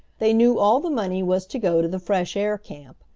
they knew all the money was to go to the fresh-air camp,